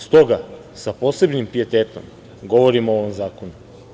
S toga, sa posebnim pijetetom govorim o ovom zakonu.